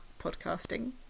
podcasting